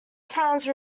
france